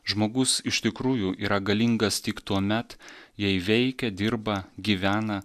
žmogus iš tikrųjų yra galingas tik tuomet jei veikia dirba gyvena